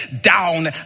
down